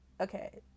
Okay